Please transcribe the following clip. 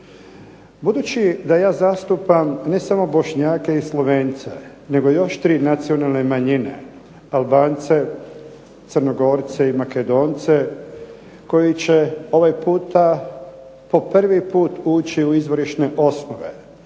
Budući da ja zastupam ne samo Bošnjake i Slovence, nego još tri nacionalne manjine Albance, Crnogorce i Makedonce koji će ovaj puta po prvi put ući u izvorišne osnove.